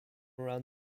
around